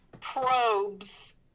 probes